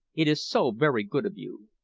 it is so very good of you.